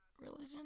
religion